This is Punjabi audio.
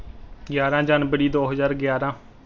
ਗਿਆਰਾਂ ਜਨਵਰੀ ਦੋ ਹਜ਼ਾਰ ਗਿਆਰਾਂ